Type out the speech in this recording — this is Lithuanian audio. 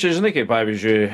čia žinai kaip pavyzdžiui